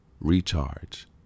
recharge